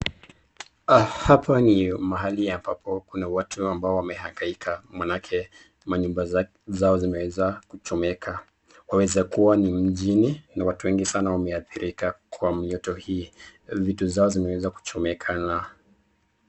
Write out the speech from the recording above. Hapa ni mahali ambapo kuna watu ambao wameangaika maanake manyumba zao zimeweza kuchomeka. Waweza kuwa ni mjini na watu wengi sana wameathirika kwa mioto hii. Vitu zao zimeweza kuchomekana.